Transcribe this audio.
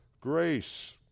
grace